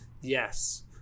Yes